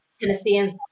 Tennesseans